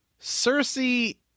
Cersei